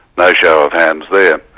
no show of hands there.